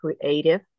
creative